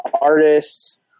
artists